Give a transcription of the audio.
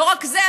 לא רק זה,